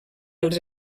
els